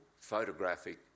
photographic